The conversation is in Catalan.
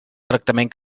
tractament